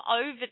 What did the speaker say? over